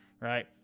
Right